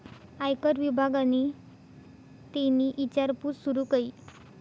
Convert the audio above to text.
आयकर विभागनि तेनी ईचारपूस सूरू कई